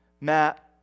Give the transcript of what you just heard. Matt